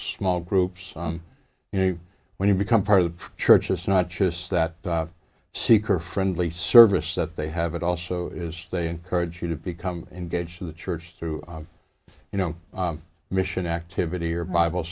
small groups and you know when you become part of the church it's not just that seeker friendly service that they have it also is they encourage you to become engaged to the church through you know mission activity or bible